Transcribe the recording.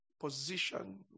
Position